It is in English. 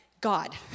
God